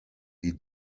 wie